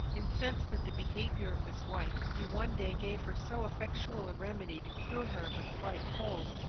incensed at the behaviour of his wife, he one day gave her so effectual a remedy to cure her of a slight cold,